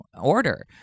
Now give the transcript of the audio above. order